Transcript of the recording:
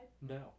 no